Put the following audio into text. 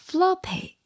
Floppy